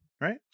right